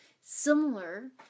similar